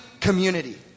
community